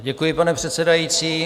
Děkuji, pane předsedající.